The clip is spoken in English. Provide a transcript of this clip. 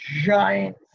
giant